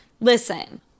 Listen